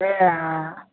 ಯಾ